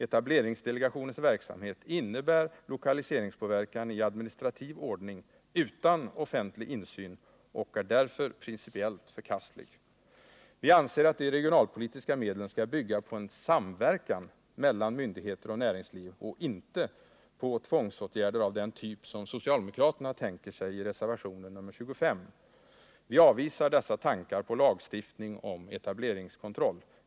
Etableringsdelegationens verksamhet innebär lokaliseringspåverkan i administrativ ordning utan offentlig insyn och är därför principiellt förkastlig. Vi anser att de regionalpolitiska medlen skall bygga på en samverkan mellan myndigheter och näringsliv och inte på tvångsåtgärder av den typ som socialdemokraterna tänker sig i reservation nr 25. Vi avvisar dessa tankar på lagstiftning om etableringskontroll.